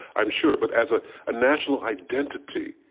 i'm sure. but as a ah national identity,